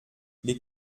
les